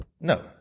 No